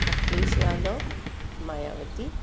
Akhilesh Yadav Mayawati